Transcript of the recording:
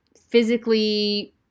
physically